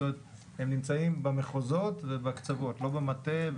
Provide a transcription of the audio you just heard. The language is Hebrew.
זאת אומרת שהם נמצאים במחוזות ובקצוות, לא במטה,